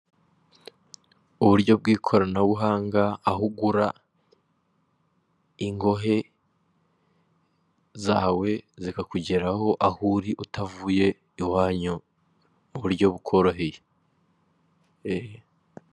Uburyo bw'ikoranabuhanga, aho ugira ingohe zawe zikakugeraho aho uri, utavuye iwanyu mu buryo bukoroheye.